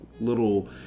little